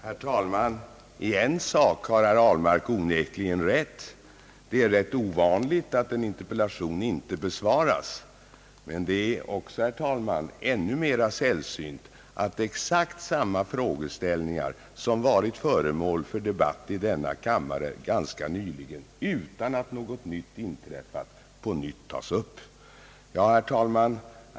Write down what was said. Herr talman! I en sak har herr Ahlmark onekligen rätt. Det är rätt ovanligt att en interpellation inte besvaras. Det är å andra sidan, herr talman, ännu mera sällsynt att exakt samma frågeställningar som de vilka ganska nyligen varit föremål för debatt i denna kammare, utan att något nytt inträffat, tas upp igen. Herr talman!